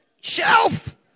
shelf